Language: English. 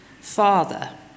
father